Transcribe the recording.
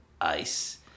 ice